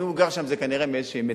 אם הוא גר שם, כנראה זה מאיזושהי מצוקה.